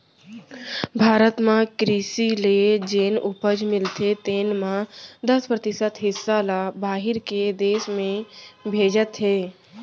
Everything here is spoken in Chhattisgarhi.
भारत म कृसि ले जेन उपज मिलथे तेन म दस परतिसत हिस्सा ल बाहिर के देस में भेजत हें